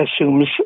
assumes